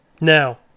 Now